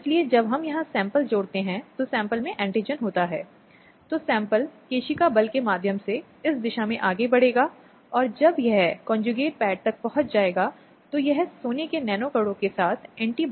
अब यह कुछ ऐसा है जो महत्वपूर्ण है आप जानते हैं क्योंकि यह घरेलू हिंसा से संबंधित मामला है अथवा पक्ष एक दूसरे से संबंधित हैं